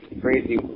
crazy